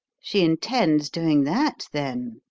she intends doing that, then?